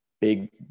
Big